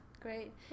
Great